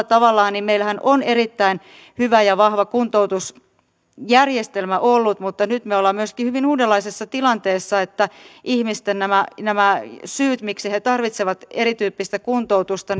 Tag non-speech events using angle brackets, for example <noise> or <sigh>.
<unintelligible> tavallaan meillähän on erittäin hyvä ja vahva kuntoutusjärjestelmä ollut mutta nyt me olemme myöskin hyvin uudenlaisessa tilanteessa sillä myöskin ihmisten syyt miksi he tarvitsevat erityyppistä kuntoutusta <unintelligible>